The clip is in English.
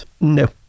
no